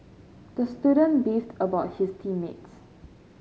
the student beefed about his team mates